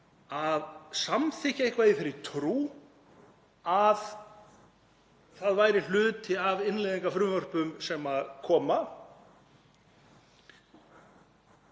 að samþykkja eitthvað í þeirri trú að það væri hluti af innleiðingarfrumvörpum sem koma.